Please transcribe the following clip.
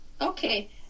Okay